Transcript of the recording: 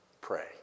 pray